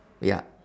ya